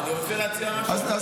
אני רוצה להציע משהו אחר.